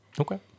Okay